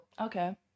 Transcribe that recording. Okay